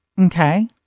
Okay